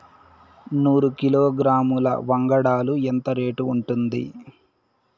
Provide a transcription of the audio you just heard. నూరు కిలోగ్రాముల వంగడాలు ఎంత రేటు ఉంటుంది?